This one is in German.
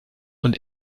und